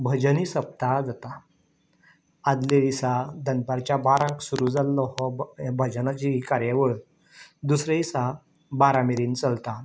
भजनी सप्ताह जाता आदले दिसा दनपारच्या बारांक सुरू जाल्लो हो हे भजनाची कार्यावळ दुसरे दिसा बारा मेरेन चलता